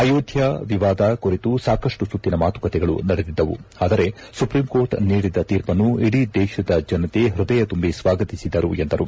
ಆಯೋಧ್ಯಾ ವಿವಾದ ಕುರಿತು ಸಾಕಷ್ಟು ಸುತ್ತಿನ ಮಾತುಕತೆಗಳು ನಡೆದಿದ್ದವು ಆದರೆ ಸುಪ್ರೀಂ ಕೋರ್ಟ್ ನೀಡಿದ ತೀರ್ಪನ್ನು ಇಡೀ ದೇಶದ ಜನತೆ ಹೃದಯ ತುಂಬಿ ಸ್ವಾಗತಿಸಿದರು ಎಂದರು